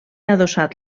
adossat